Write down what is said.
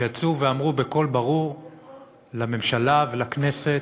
שיצאו ואמרו בקול ברור לממשלה, ולכנסת,